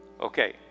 Okay